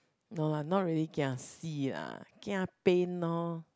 no lah not really kiasi lah kia pain lor